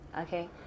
Okay